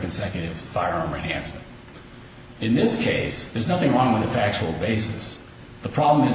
consecutive foreign hands in this case there's nothing wrong with the factual basis the problem is